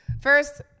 first